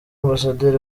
ambassadeur